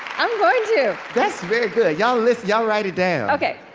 i'm going to that's very good. y'all listen. y'all write it down. oh,